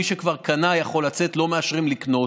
מי שכבר קנה יכול לצאת, לא מאשרים לקנות.